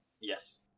Yes